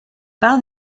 par